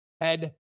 head